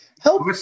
Help